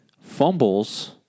fumbles